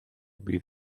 bydd